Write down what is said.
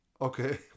Okay